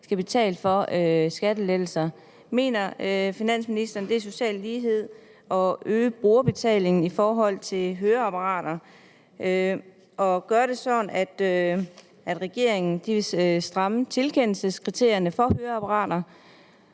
skal betale for skattelettelser. Mener finansministeren, at det er social lighed at øge brugerbetalingen i forhold til høreapparater, og at regeringen vil stramme tilkendelseskriterierne for høreapparater?